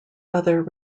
other